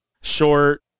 short